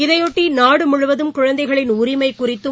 இதையொட்டி நாடுமுழுவதும் குழந்தைகளின் உரிமைகுறித்தும்